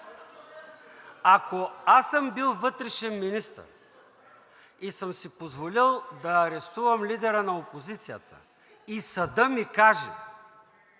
Ако съм бил вътрешен министър и съм си позволил да арестувам лидера на опозицията и съдът ми каже,